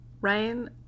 Ryan